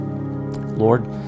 Lord